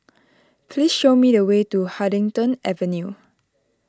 please show me the way to Huddington Avenue